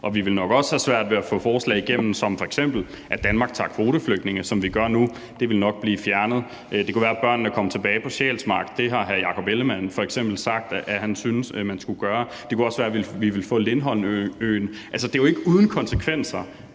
vi ville nok også have svært ved at få forslag igennem, f.eks. at Danmark tager kvoteflygtninge, som vi gør nu. Det ville nok blive fjernet. Det kunne være, at børnene kom tilbage på Sjælsmark. Det har hr. Jakob Ellemann-Jensen f.eks. sagt at han syntes man skulle gøre. Det kunne også være, at vi ville få planerne for øen Lindholm tilbage. Altså, det er jo ikke uden konsekvenser